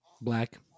Black